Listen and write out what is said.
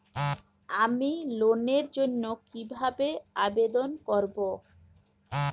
আমি লোনের জন্য কিভাবে আবেদন করব?